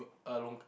a long~